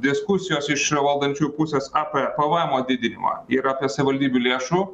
diskusijos iš valdančiųjų pusės apie pvemo didinimą ir apie savivaldybių lėšų